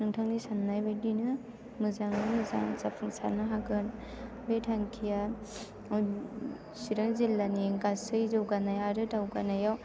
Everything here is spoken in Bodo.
नोंथांनि साननाय बायदिनो मोजाङै मोजां जाफुंसारनो हागोन बे थांखिया सिरां जिल्लानि गासै जौगानाय आरो दावगानायाव